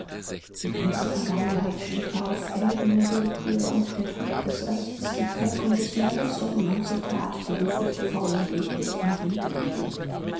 die ganze vergangenheit steht auf erlittene willkür und der trug des rechts die kränkungen des neides und manche tat deren früchte faul und ekel am wege liegen